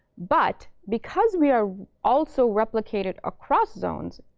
but because we are also replicated across zones,